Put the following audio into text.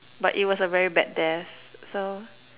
but it was a very bad death so